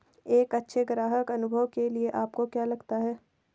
एक अच्छे ग्राहक अनुभव के लिए आपको क्या लगता है?